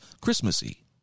Christmassy